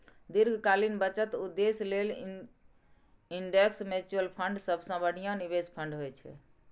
दीर्घकालीन बचत उद्देश्य लेल इंडेक्स म्यूचुअल फंड सबसं बढ़िया निवेश फंड होइ छै